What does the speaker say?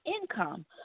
Income